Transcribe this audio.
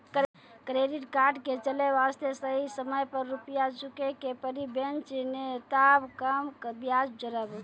Credit card के चले वास्ते सही समय पर रुपिया चुके के पड़ी बेंच ने ताब कम ब्याज जोरब?